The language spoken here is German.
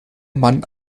mann